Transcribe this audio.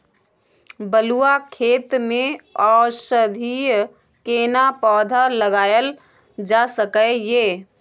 बलुआ खेत में औषधीय केना पौधा लगायल जा सकै ये?